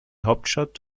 hauptstadt